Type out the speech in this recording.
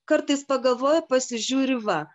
kartais pagalvoji pasižiūri va